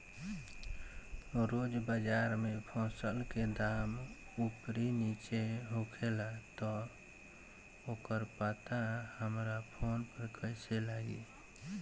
रोज़ बाज़ार मे फसल के दाम ऊपर नीचे होखेला त ओकर पता हमरा फोन मे कैसे लागी?